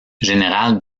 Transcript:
général